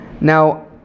Now